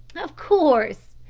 of course.